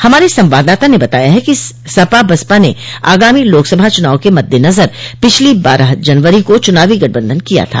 हमारे संवाददाता ने बताया कि सपा बसपा ने आगामी लोकसभा चुनाव के मद्देनजर पिछली बारह जनवरी को चुनावी गठबंधन किया था